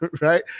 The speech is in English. right